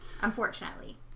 unfortunately